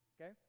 Okay